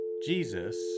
Jesus